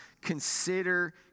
Consider